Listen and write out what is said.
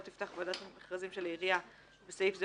לא תפתח ועדת המכרזים של העירייה (בסעיף זה,